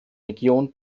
region